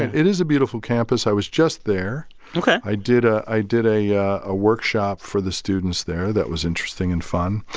it is a beautiful campus. i was just there ok i did ah i did a ah a workshop for the students there. that was interesting and fun.